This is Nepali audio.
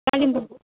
कालिम्पोङ